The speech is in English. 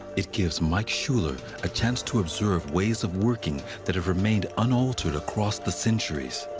it gives mike schuller a chance to observe ways of working that have remained unaltered across the centuries.